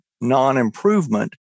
non-improvement